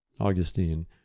Augustine